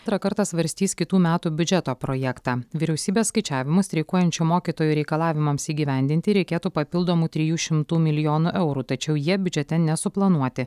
antrą kartą svarstys kitų metų biudžeto projektą vyriausybės skaičiavimu streikuojančių mokytojų reikalavimams įgyvendinti reikėtų papildomų trijų šimtų milijonų eurų tačiau jie biudžete nesuplanuoti